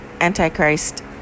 antichrist